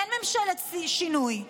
אין ממשלת שינוי,